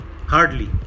hardly